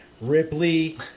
ripley